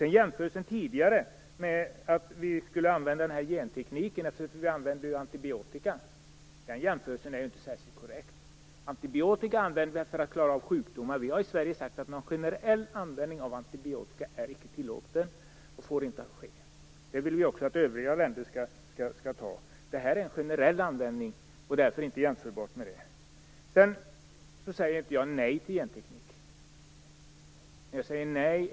Det gjordes tidigare en jämförelse att vi skulle använda gentekniken eftersom vi tidigare har använt antibiotika. Den jämförelsen är inte särskilt korrekt. Antibiotika använder vi för att klara av sjukdomar. Vi har i Sverige sagt att en generell användning av antibiotika icke är tillåten och inte får ske. Det vill vi att också övriga länder skall besluta. Det är här fråga om en generell användning av genteknik, och den är därför inte jämförbar med detta. Jag säger inte nej till genteknik.